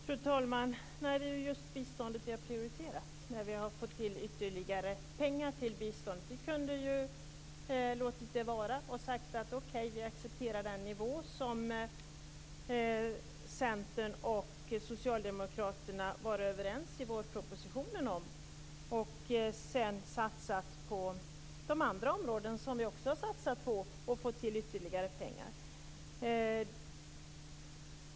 Fru talman! Det är ju just biståndet vi har prioriterat. Vi har fått ytterligare pengar till biståndet. Vi kunde ju ha låtit det vara och sagt att vi accepterar den nivå som Centern och Socialdemokraterna var överens om i vårpropositionen och sedan satsat på de andra områden där vi också har satsat och fått till ytterligare pengar.